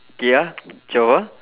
okay ah twelve ah